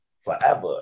forever